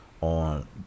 on